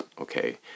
okay